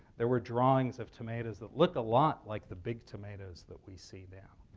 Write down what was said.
there were drawings of tomatoes that look a lot like the big tomatoes that we see now.